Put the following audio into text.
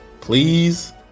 please